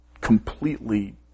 completely